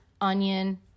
onion